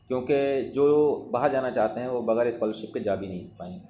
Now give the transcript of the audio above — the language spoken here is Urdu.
کیونکہ جو باہر جانا چاہتے ہیں وہ بغیر اسکالرشپ کے جا بھی نہیں پائیں گے